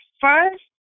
first